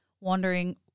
wondering